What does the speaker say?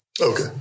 Okay